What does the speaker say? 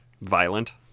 violent